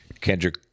Kendrick